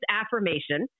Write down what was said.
affirmation